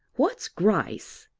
what's grice?